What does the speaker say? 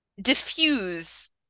diffuse